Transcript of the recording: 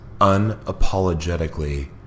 unapologetically